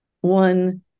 One